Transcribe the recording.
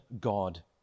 God